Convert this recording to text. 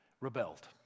rebelled